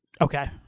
Okay